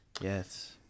Yes